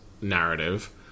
narrative